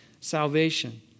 salvation